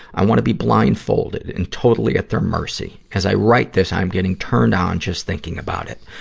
i wanna be blindfolded and totally at their mercy. as i write this, i'm getting turned on, just thinking about it.